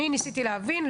אני ניסיתי להבין,